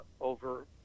over